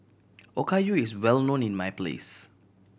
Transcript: okayu is well known in my place